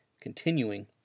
continuing